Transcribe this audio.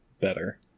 better